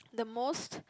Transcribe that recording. the most